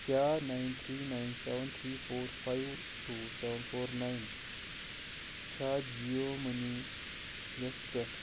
کیٛاہ nine three nine seven three four five two seven four nine چھا Jio money یَس پیٚٹھ